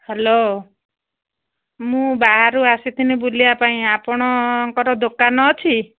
hello ମୁଁ ବାହାରୁ ଆସିଥିଲି ବୁଲିବା ପାଇଁ ଆପଣଙ୍କର ଦୋକାନ ଅଛି